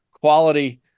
quality